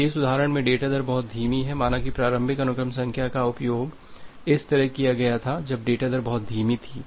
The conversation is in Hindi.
यदि इस उदाहरण में डेटा दर बहुत धीमी है माना कि प्रारंभिक अनुक्रम संख्या का उपयोग इस तरह किया गया था तब डेटा दर बहुत धीमी थी